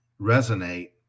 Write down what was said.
resonate